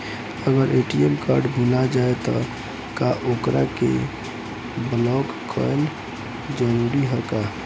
अगर ATM card भूला जाए त का ओकरा के बलौक कैल जरूरी है का?